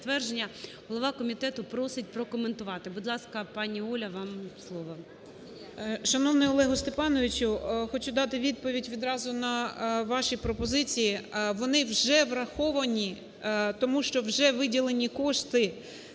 Вони вже враховані, тому що вже виділені кошти